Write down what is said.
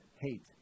hate